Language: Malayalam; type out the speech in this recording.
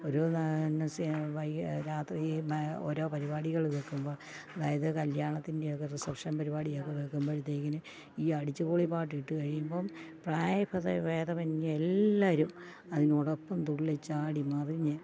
ഒരൂ നാ ന്ന സെ വൈ രാത്രീ ഓരോ പരിപാടികൾ വെയ്ക്കുമ്പം അതായത് കല്ല്യാണത്തിൻ്റെ ഒക്കെ റിസപ്ഷൻ പരിപാടിയൊക്കെ വെയ്ക്കുമ്പോഴത്തേക്കിന് ഈ അടിച്ചു പൊളി പാട്ടിട്ട് കഴിയുമ്പം പ്രായപദ ഭേദമെന്യേ എല്ലാവരും അതിനോടൊപ്പം തുള്ളിച്ചാടി മറിഞ്ഞ്